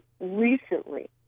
recently